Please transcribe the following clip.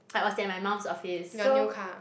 I was at my mum's office so